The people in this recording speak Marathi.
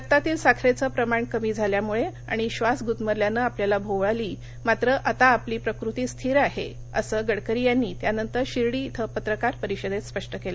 रक्तातील साखरेचं प्रमाण कमी झाल्यामुळे आणि श्वास गुदमरल्यानं आपल्याला भोवळ आली मात्र आता आपली प्रकृती स्थिर आहे असं गडकरी यांनी त्यानंतर शिर्डी श्वें पत्रकार परिषदेत स्पष्ट केलं